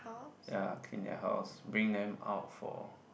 ya clean their house bring them out for